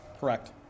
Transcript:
correct